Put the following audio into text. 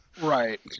Right